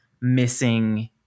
missing